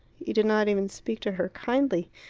he did not even speak to her kindly,